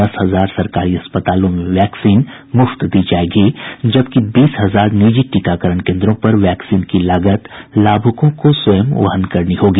दस हजार सरकारी अस्पतालों में वैक्सीन मुफ्त दी जाएगी जबकि बीस हजार निजी टीकाकरण केंद्रों पर वैक्सीन की लागत लाभुकों को स्वयं वहन करनी होगी